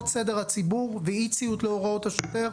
סדר הציבור ואי-ציות להוראות השוטר.